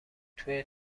توی